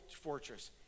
fortress